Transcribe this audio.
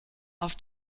auf